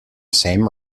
same